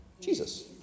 Jesus